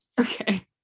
Okay